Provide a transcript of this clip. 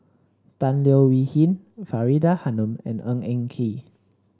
Tan Leo Wee Hin Faridah Hanum and Ng Eng Kee